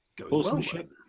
Horsemanship